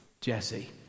jesse